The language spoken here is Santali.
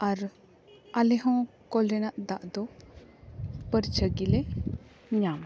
ᱟᱨ ᱟᱞᱮ ᱦᱚᱸ ᱠᱚᱞ ᱨᱮᱱᱟᱜ ᱫᱟᱜ ᱫᱚ ᱯᱟᱹᱨᱪᱦᱟᱹ ᱜᱮᱞᱮ ᱧᱟᱢᱟ